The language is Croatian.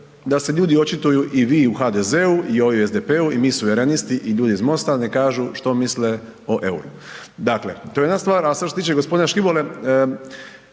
da se ljudi očituju i vi u HDZ-u, i ovi u SDP-u, i mi Suverenisti i ljudi iz Mosta neka kažu što misle o euru. Dakle, to je jedna stvar. A sada što se tiče gospodina Škibole,